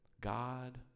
God